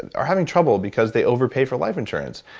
are having trouble, because they overpay for life insurance.